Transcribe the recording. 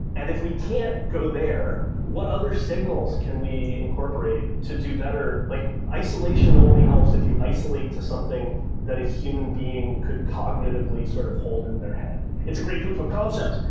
and if we can't go there, what other signals can we incorporate to do better? like isolation only helps if you isolate to something that a human being could cognitively sort of hold in their head. it's a great proof of concept,